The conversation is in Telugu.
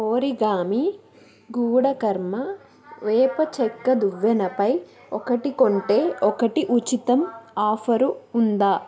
ఓరిగామి గుడ్ కర్మ వేప చెక్క దువ్వెనపై ఒకటి కొంటే ఒకటి ఉచితం ఆఫరు ఉందా